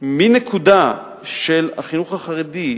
מנקודה של החינוך החרדי,